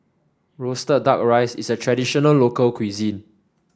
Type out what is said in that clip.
roasted duck rice is a traditional local cuisine